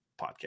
Podcast